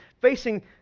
facing